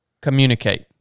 communicate